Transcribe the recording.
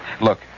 Look